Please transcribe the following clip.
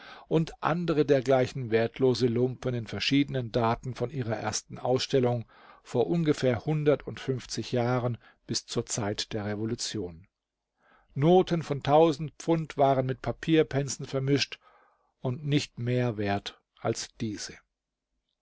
und andere dergleichen wertlose lumpen in verschiedenen daten von ihrer ersten ausstellung vor ungefähr hundertundfünfzig jahren bis zur zeit der revolution noten von tausend pfund waren mit papierpencen vermischt und nicht mehr wert als diese